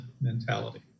mentality